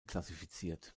klassifiziert